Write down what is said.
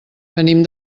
venim